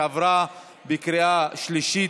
עברה בקריאה שלישית,